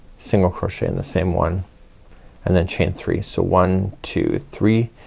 single crochet in the same one and then chain three. so one, two, three,